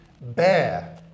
bear